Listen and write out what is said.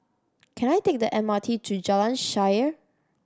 can I take the M R T to Jalan Shaer